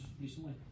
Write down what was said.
recently